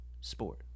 sport